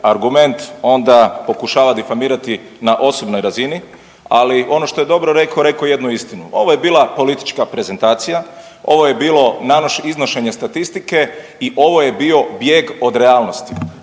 argument onda pokušava difamirati na osobnoj razini, ali ono što je dobro reko, reko je jednu istinu. Ovo je bila politička prezentacija, ovo je bilo iznošenje statistike i ovo je bio bijeg od realnosti.